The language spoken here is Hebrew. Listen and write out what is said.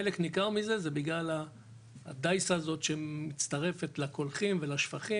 חלק ניכר מזה זה בגלל הדייסה הזו שמצטרפת לקולחים ולשפכים